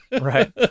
right